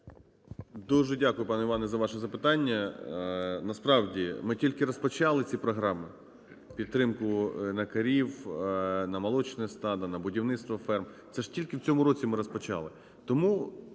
Дуже дякую, пане Іване, за ваше запитання. Насправді, ми тільки розпочали ці програми: підтримку на корів, на молочне стадо, на будівництво ферм – це ж тільки в цьому році ми розпочали. Тому